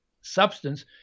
substance